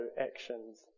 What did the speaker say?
actions